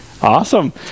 Awesome